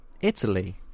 Italy